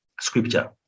scripture